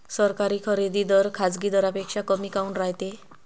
सरकारी खरेदी दर खाजगी दरापेक्षा कमी काऊन रायते?